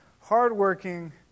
hardworking